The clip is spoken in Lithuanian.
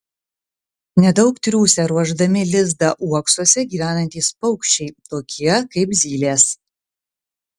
nedaug triūsia ruošdami lizdą uoksuose gyvenantys paukščiai tokie kaip zylės